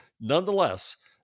Nonetheless